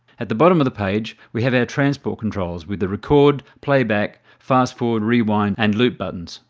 at the bottom of the page we have our transport controls with the record, playback, fast forward, rewind and loop buttons.